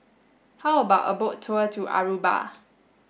how about a boat tour to Aruba